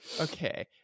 Okay